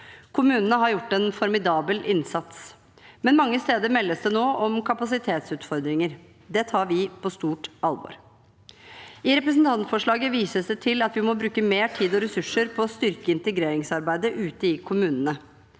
Kommunene har gjort en formidabel innsats, men mange steder meldes det nå om kapasitetsutfordringer. Det tar vi på stort alvor. I representantforslaget vises det til at vi må bruke mer tid og ressurser på å styrke integreringsarbeidet ute i kommunene.